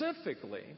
specifically